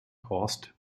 horst